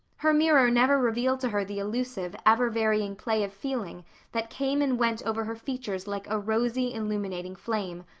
her mirror never revealed to her the elusive, ever-varying play of feeling that came and went over her features like a rosy illuminating flame,